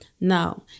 Now